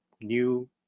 new